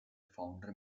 founder